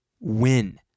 win